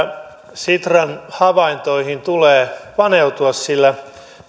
sitran havaintoihin tulee paneutua sillä